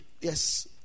Yes